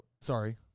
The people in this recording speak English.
Sorry